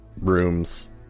rooms